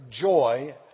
joy